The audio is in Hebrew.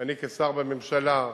אני כשר בממשלה,